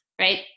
right